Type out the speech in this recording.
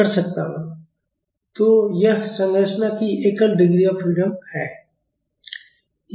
तो यह संरचना की एकल डिग्री ऑफ फ्रीडम है